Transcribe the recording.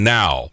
now